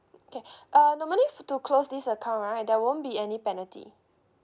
okay uh normally to close this account right there won't be any penalty